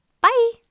Bye